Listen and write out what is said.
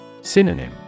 Synonym